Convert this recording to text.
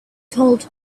told